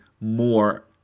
more